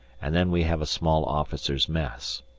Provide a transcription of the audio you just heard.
and then we have a small officers' mess.